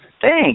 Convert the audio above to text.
Thanks